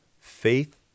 Faith